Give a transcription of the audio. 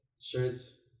shirts